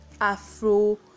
Afro